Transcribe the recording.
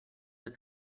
its